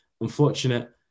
unfortunate